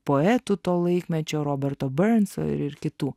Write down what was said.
poetu to laikmečio roberto barenco ir kitų